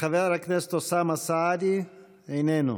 חבר הכנסת אוסאמה סעדי איננו,